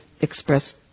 express